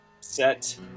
set